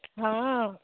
ହଁ